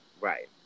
Right